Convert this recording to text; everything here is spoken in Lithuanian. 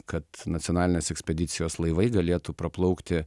kad nacionalinės ekspedicijos laivai galėtų praplaukti